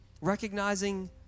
Recognizing